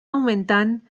augmentant